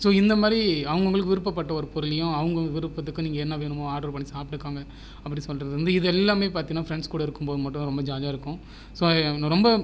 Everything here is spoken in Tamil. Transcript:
ஸோ இந்த மாதிரி அவங்க அவங்களுக்கு விருப்பப்பட்ட ஒரு பொருளையும் அவங்கவங்க விருப்பத்துக்கு நீங்கள் என்ன வேணுமோ ஆர்டர் பண்ணி சாப்பிடுக்கோங்க அப்படி சொல்கிறது வந்து இதெல்லாமே பார்த்தீங்கனா ஃப்ரெண்ட்ஸ் கூட இருக்கும் போது மட்டும் தான் ரொம்ப ஜாலியாக இருக்கும் ஸோ ரொம்ப